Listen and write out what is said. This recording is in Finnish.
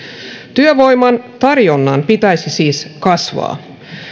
työvoiman tarjonnan pitäisi siis kasvaa